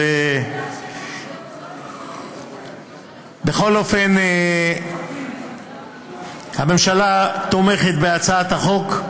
טוב, בכל אופן הממשלה תומכת בהצעת החוק,